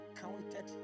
counted